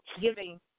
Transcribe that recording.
giving